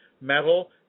metal